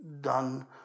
done